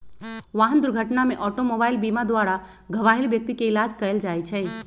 वाहन दुर्घटना में ऑटोमोबाइल बीमा द्वारा घबाहिल व्यक्ति के इलाज कएल जाइ छइ